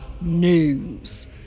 news